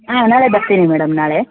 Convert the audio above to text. ಹಾಂ ನಾಳೆ ಬರ್ತೀನಿ ಮೇಡಮ್ ನಾಳೆ